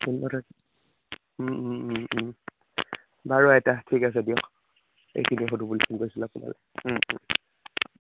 উন্নত হৈছে বাৰু আইতা ঠিক আছে দিয়ক এইখিনি সোধোঁ বুলি ফোন কৰিছিলোঁ আপোনালৈ